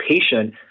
patient